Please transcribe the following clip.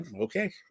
okay